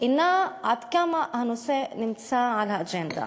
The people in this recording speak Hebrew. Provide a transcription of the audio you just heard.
היא עד כמה הנושא נמצא באג'נדה,